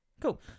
Cool